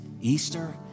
Easter